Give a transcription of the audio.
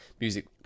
music